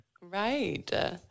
Right